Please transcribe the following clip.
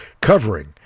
covering